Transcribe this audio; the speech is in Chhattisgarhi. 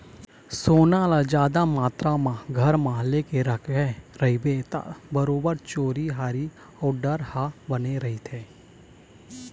सोना ल जादा मातरा म घर म लेके रखे रहिबे ता बरोबर चोरी हारी अउ डर ह बने रहिथे